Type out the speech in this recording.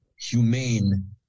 humane